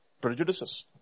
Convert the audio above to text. prejudices